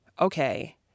okay